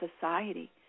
society